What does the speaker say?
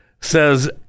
says